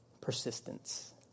Persistence